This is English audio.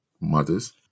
mothers